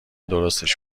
درستش